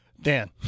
Dan